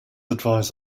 advise